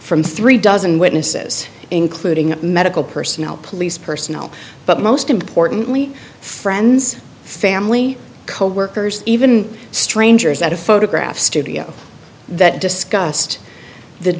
from three dozen witnesses including medical personnel police personnel but most importantly friends family coworkers even strangers at a photograph studio that discussed the